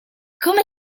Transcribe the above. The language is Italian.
come